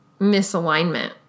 misalignment